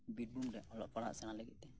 ᱵᱤᱨᱵᱷᱩᱢ ᱨᱮ ᱚᱞᱚᱜ ᱯᱟᱲᱦᱟᱜ ᱥᱮᱬᱟ ᱞᱟᱹᱜᱤᱫ ᱛᱮ